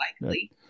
likely